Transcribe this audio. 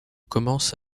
commence